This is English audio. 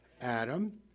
Adam